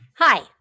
Hi